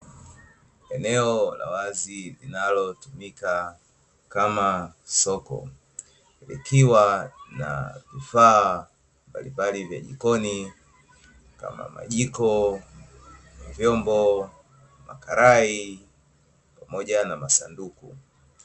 Eneo la wazi linalotumika kama soko, likiwa na vifaa mbalimbali vya jikoni kama vile: majiko, vyombo, makarai pamoja na masanduku.